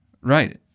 Right